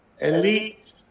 elite